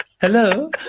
Hello